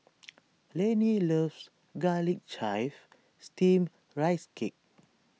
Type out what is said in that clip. Laney loves Garlic Chives Steamed Rice Cake